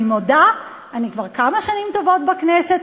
אני מודה, אני כבר כמה שנים טובות בכנסת,